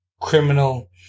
criminal